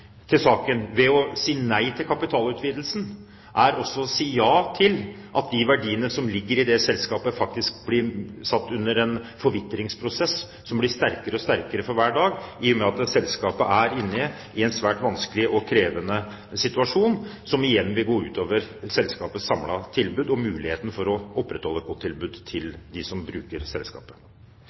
til saken – det å si nei til kapitalutvidelsen – er å si ja til at de verdiene som ligger i det selskapet, faktisk blir utsatt for en forvitringsprosess, som blir sterkere og sterkere for hver dag, i og med at selskapet er inne i en svært vanskelig og krevende situasjon, som igjen vil gå ut over selskapets samlede tilbud og muligheten for å opprettholde et godt tilbud til dem som bruker selskapet.